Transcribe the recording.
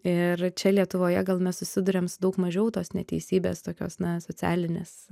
ir čia lietuvoje gal mes susiduriam su daug mažiau tos neteisybės tokios na socialinės